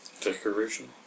Decoration